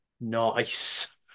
Nice